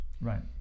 Right